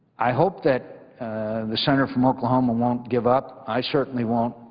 i hope that the senator from oklahoma won't give up. i certainly won't.